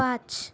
পাঁচ